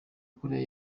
koreya